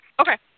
Okay